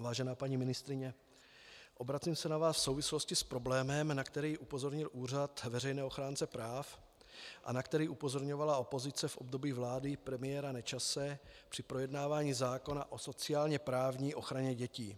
Vážená paní ministryně, obracím se na vás v souvislosti s problémem, na který upozornil Úřad veřejného ochránce práv a na který upozorňovala opozice v období vlády premiéra Nečase při projednávání zákona o sociálněprávní ochraně dětí.